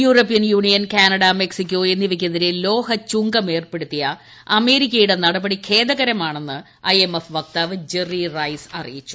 European Union Canada Mexico എന്നിവയ്ക്കെതിരെ ലോഹ ചുങ്കം ചുമത്തിയ അമേരിക്കയുടെ നടപടി ഖേദകരമാണെന്ന് ഐ എം എഫ് വക്താവ് ജെറി റൈസ് വാഷിംഗ്ടണിൽ വിവരിച്ചു